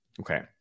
Okay